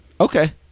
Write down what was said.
okay